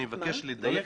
אני מבקש לדייק,